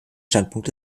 standpunkt